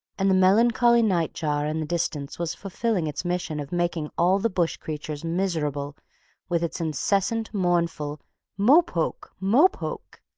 and the melancholy nightjar in the distance was fulfilling its mission of making all the bush creatures miserable with its incessant, mournful mo-poke! mo-poke!